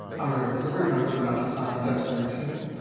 i'm larry kluger, member of the docusign dev center team.